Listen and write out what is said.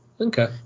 Okay